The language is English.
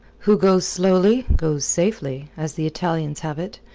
who goes slowly, goes safely, as the italians have it.